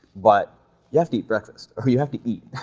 but you have to eat breakfast, or you have to eat.